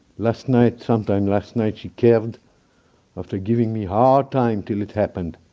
last night, sometime last night she calved after giving me hard time till it happened.